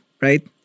right